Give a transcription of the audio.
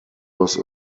was